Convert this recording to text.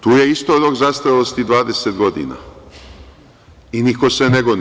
Tu je isto rok zastarelosti 20 godina i niko se ne goni.